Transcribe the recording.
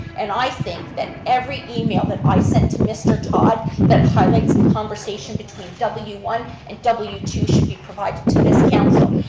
and i think that every email that i sent to mr. todd that highlights the conversation between w one and w two should be provided to this council.